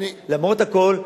למרות הכול,